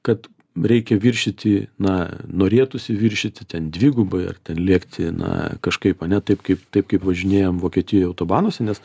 kad reikia viršyti na norėtųsi viršyti ten dvigubai ar ten lėkti na kažkaip ane taip kaip taip kaip važinėjam vokietijoj autobanuose nes